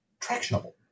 tractionable